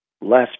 less